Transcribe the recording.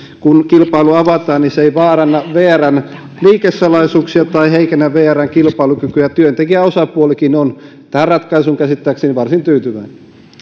kun kilpailu avataan niin se ei vaaranna vrn liikesalaisuuksia tai heikennä vrn kilpailukykyä työntekijäosapuolikin on tähän ratkaisuun käsittääkseni varsin tyytyväinen